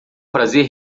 prazer